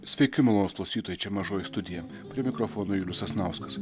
sveiki malonūs klausytojai čia mažoji studija prie mikrofono julius sasnauskas